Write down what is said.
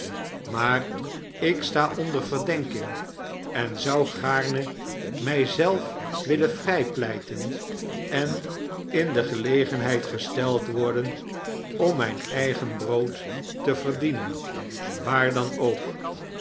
maar ik sta onder verdenking en zou gaarne mij zelf willen vrijpleiten en in de gelegenheid gesteld worden om mijn eigen brood te verdienen waar dan ook